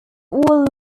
all